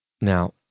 Now